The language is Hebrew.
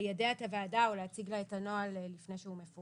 ליידע את הוועדה או להציג לה את הנוהל לפני שהוא מפורסם.